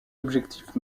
objectifs